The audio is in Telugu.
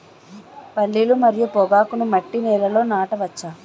పల్లీలు మరియు పొగాకును మట్టి నేలల్లో నాట వచ్చా?